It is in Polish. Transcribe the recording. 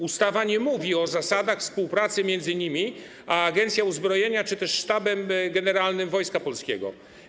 Ustawa nie mówi o zasadach współpracy między nimi a Agencją Uzbrojenia czy też Sztabem Generalnym Wojska Polskiego.